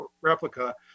replica